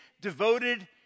devoted